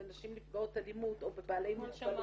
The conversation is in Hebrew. בנשים נפגעות אלימות או בבעלי מוגבלויות